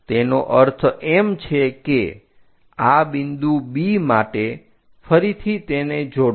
તેનો અર્થ એમ છે કે આ બિંદુ B માટે ફરીથી તેને જોડો